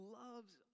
loves